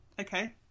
okay